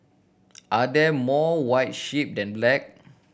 are there more white sheep than black